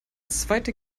zweite